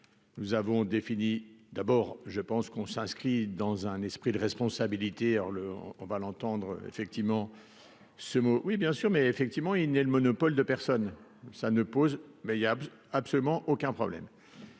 nous avons défini d'abord, je pense qu'on s'inscrit dans un esprit de responsabilité le on va l'entendre effectivement ce mot oui bien sûr, mais effectivement, il n'est le monopole de personne, ça ne pose, mais il y a absolument aucun problème,